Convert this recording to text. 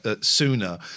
sooner